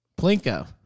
Plinko